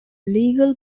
legal